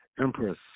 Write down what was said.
empress